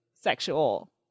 sexual